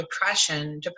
depression